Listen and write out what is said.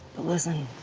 listen.